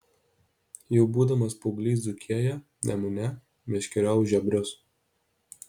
jau būdamas paauglys dzūkijoje nemune meškeriojau žiobrius